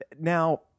Now